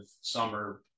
summer